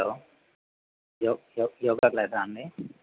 hello yoga క్లాసా అండి